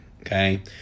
okay